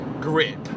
grip